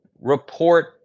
report